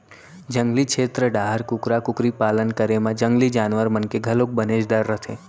जंगली छेत्र डाहर कुकरा कुकरी पालन करे म जंगली जानवर मन के घलोक बनेच डर रथे